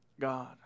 God